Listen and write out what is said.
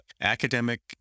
academic